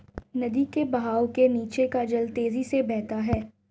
नदी के बहाव के नीचे का जल तेजी से बहता है